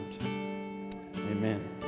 Amen